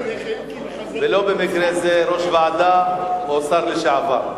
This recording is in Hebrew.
ולא במקרה זה ראש ועדה או שר לשעבר.